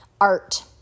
Art